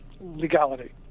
legality